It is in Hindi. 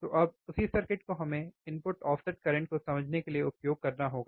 तो अब उसी सर्किट को हमें इनपुट ऑफसेट करंट को समझने के लिए उपयोग करना होगा